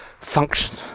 function